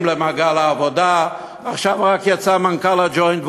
להכניס למעגל העבודה, רק עכשיו יצא מנכ"ל ה"ג'וינט",